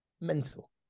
Mental